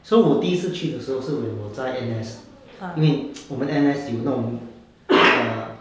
so 我第一次去的时候是 when 我在 N_S 因为 我们 N_S 有那种 err